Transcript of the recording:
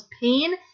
pain